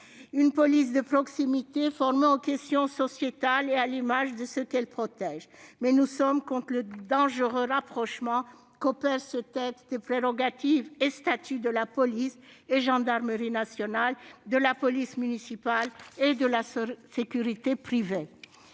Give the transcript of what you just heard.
une police de proximité formée aux questions sociétales et à l'image de ceux qu'elle protège. Alors, votez ce texte ! Mais nous sommes contre le dangereux rapprochement qu'opère ce texte des prérogatives et statuts de la police et de la gendarmerie nationales, de la police municipale et de la sécurité privée.